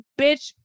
bitch